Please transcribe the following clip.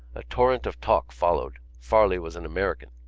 a torrent of talk followed. farley was an american.